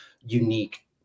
unique